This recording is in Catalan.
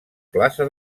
plaça